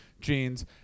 jeans